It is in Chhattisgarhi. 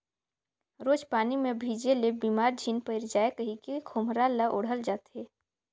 रोज पानी मे भीजे ले बेमार झिन पइर जाए कहिके खोम्हरा ल ओढ़ल जाथे